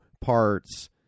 parts